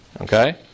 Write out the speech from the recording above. okay